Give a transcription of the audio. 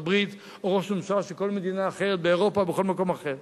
ארצות-הברית או ראש ממשלה של כל מדינה אחרת באירופה ובכל מקום אחר.